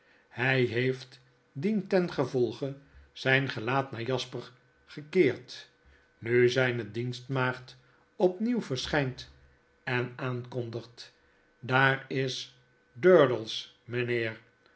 hij heeft dientengevolge zijn gelaat naar jasper gekeerd nu zijne dienstmaagd opnieuw verschijnt en aankonigt daar is durdels mijnheer